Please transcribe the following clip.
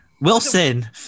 Wilson